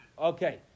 Okay